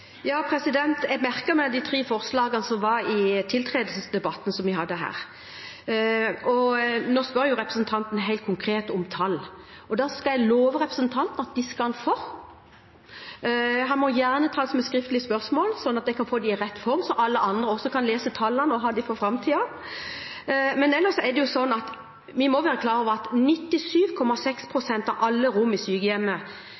jeg merket meg de tre forslagene som var i tiltredelsesdebatten som vi hadde her. Nå spør jo representanten helt konkret om tall, og jeg kan love representanten at dem skal han få. Han må gjerne ta det som et skriftlig spørsmål, slik at jeg kan få det i rett form, og slik at også alle andre kan lese tallene og ha dem for framtiden. Men vi må være klar over at 97,6 pst. av alle rom i sykehjemmene i dag er enerom. Det er ikke slik at